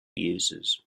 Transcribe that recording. users